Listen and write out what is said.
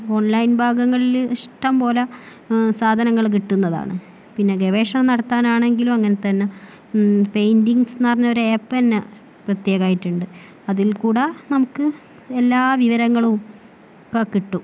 online ഭാഗങ്ങളിൽ ഇഷ്ടം പോലെ സാധനങ്ങളും കിട്ടുന്നതാണ് പിന്നെ ഗവേഷണം നടത്താൻ ആണെങ്കിലും അങ്ങനെ തന്നെ പെയിൻറിംഗ്സ് എന്ന് പറഞ്ഞാൽ ആപ്പ് തന്നെ പ്രത്യേക ആയിട്ടുണ്ട് അതിൽ കൂടി നമുക്ക് എല്ലാ വിവരങ്ങളും ഇപ്പം കിട്ടും